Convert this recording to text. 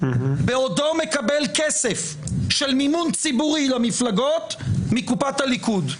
בעודו מקבל כסף של מימון ציבורי למפלגות מקופת הליכוד,